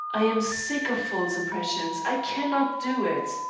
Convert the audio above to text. i am sick of false impressions. i cannot do it.